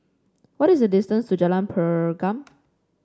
what is the distance to Jalan Pergam